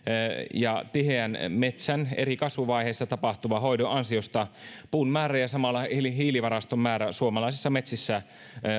ja tiheän eri kasvuvaiheissa tapahtuvan metsänhoidon ansiosta puun määrä ja samalla hiilivaraston määrä suomalaisissa metsissä